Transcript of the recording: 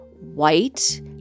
white